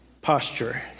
posture